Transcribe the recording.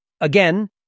Again